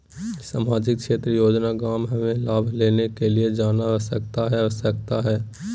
सामाजिक क्षेत्र योजना गांव हमें लाभ लेने के लिए जाना आवश्यकता है आवश्यकता है?